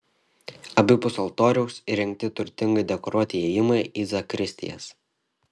abipus altoriaus įrengti turtingai dekoruoti įėjimai į zakristijas